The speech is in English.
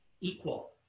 equal